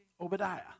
Obadiah